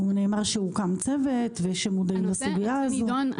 נאמר שהוקדם צוות ושמודעים לסוגיה הזו.